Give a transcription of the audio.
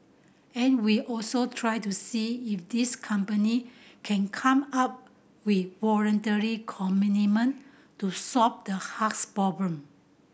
and we'll also try to see if these company can come up with voluntary commitment to solve the haze problem